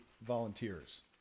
volunteers